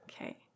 Okay